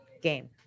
game